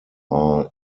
are